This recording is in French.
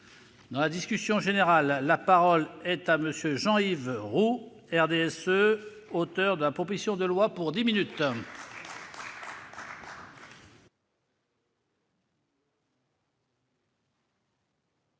Dans la discussion générale, la parole est à M. Jean-Yves Roux, auteur de la proposition de loi. Monsieur